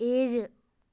ഏഴ്